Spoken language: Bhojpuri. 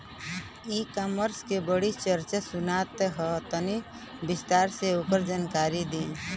ई कॉमर्स क बड़ी चर्चा सुनात ह तनि विस्तार से ओकर जानकारी दी?